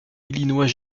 illinois